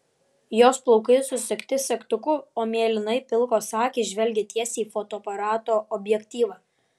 jos plaukai susegti segtuku o mėlynai pilkos akys žvelgia tiesiai į fotoaparato objektyvą